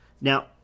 Now